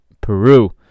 Peru